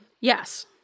Yes